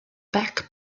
back